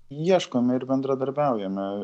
ieškome ir bendradarbiaujame